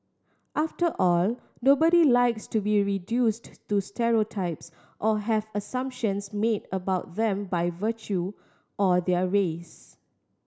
after all nobody likes to be reduced to stereotypes or have assumptions made about them by virtue of their race